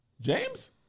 James